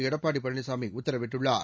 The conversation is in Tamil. எடப்பாடி பழனிசாமி உத்தரவிட்டுள்ளார்